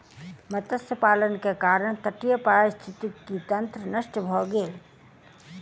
मत्स्य पालन के कारण तटीय पारिस्थितिकी तंत्र नष्ट भ गेल